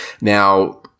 Now